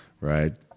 right